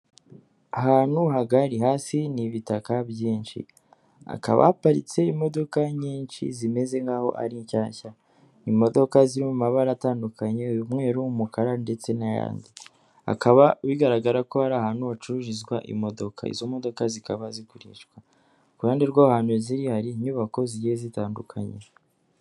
Ahantu hagari hasi ni ibitaka byinshi, hakaba haparitse imodoka nyinshi zimeze nk'aho ari shyashya, imodoka ziri mu mabara atandukanye: umweru, umukara ndetse n'ayandi, hakaba bigaragara ko hari ahantu hacururizwa imodoka. Izo modoka zikaba zigurishwa, ku ruhande rw'ahantu ziri hari inyubako zigiye zitandukanye.